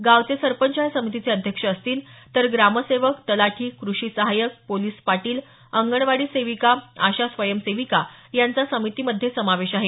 गावचे सरपंच या समितीचे अध्यक्ष असतील तर ग्रामसेवक तलाठी कृषी सहाय्यक पोलीस पाटील अंगणवाडी सेविका आशा स्वयंसेविका यांचा समितीमध्ये समावेश आहे